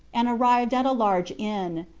and arrived at a large inn,